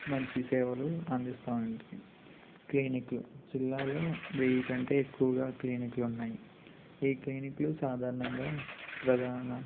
మంచి సేవలు అందిస్తు ఉంటాయి క్లినిక్లు జిల్లాలో వెయ్యి కంటే ఎక్కువగా క్లినిక్లు ఉన్నాయి ఈ క్లినిక్లు సాధారణంగా ప్రధాన